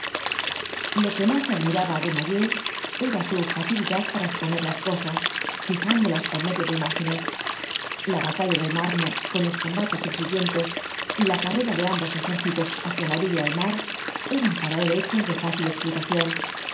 lo que más admiraba desnoyers era su facilidad para exponer las cosas fijándolas por medio de imágenes la batalla del marne con los combates subsiguientes y la carrera de ambos ejércitos hacia la orilla del mar eran para él hechos de fácil explicación